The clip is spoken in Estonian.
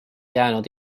jäänud